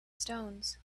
stones